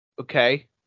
Okay